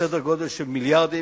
בסדר-גודל של מיליארדים.